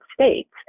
States